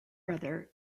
younger